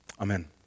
Amen